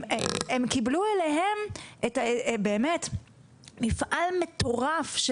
הם קיבלו אליהם מפעל מטורף,